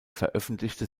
veröffentlichte